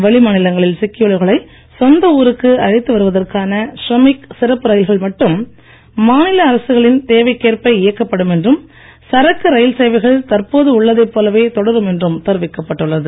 வெளி மாநிலங்களில் சிக்கியுள்ளவர்களை சொந்த ஊருக்கு அழைத்து வருவதற்கான ஷ்ரமிக் சிறப்பு ரயில்கள் மட்டும் மாநில அரசுகளின் தேவைக்கேற்ப இயக்கப்படும் என்றும் சரக்கு ரயில் சேவைகள் தற்போது உள்ளதைப் போலவே தொடரும் என்றும் தெரிவிக்கப் பட்டுள்ளது